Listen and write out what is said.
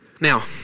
now